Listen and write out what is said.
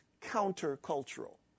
counter-cultural